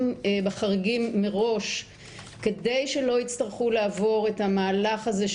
בחריגים מראש כדי שלא יצטרכו לעבור את המהלך הזה,